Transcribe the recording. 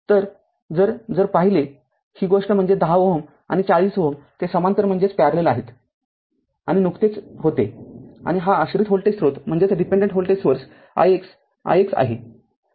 तरजर जर पाहिले ही गोष्ट म्हणजे १० Ω आणि ४० Ω ते समांतर आहेत आणि नुकतेच होते आणि हा आश्रित व्होल्टेज स्रोत ix ix आहे